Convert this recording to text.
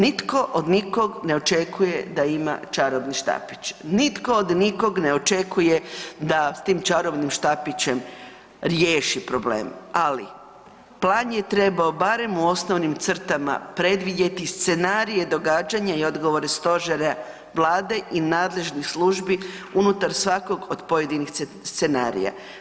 Nitko od nikog ne očekuje da ima čarobni štapić, nitko od nikog ne očekuje da s tim čarobnim štapićem riješi probleme ali plan je trebao barem u osnovnim crtama predvidjeti scenarije, događanja i odgovore stožera, Vlade i nadležnih službi unutar svakog od pojedinih scenarija.